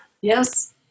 Yes